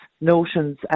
notions